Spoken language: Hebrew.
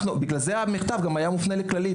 בגלל זה המכתב היה מופנה גם ל"כללית".